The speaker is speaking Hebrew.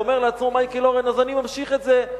ואומר לעצמו מייקל אורן: אז אני ממשיך את זה,